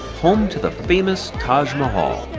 home to the famous taj mahal.